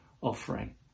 offering